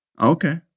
Okay